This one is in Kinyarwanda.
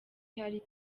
ihari